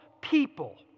people